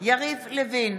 יריב לוין,